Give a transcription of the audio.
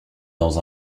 dans